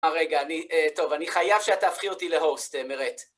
רגע, אני... טוב, אני חייב שאת תהפכי אותי להוסט, מרת.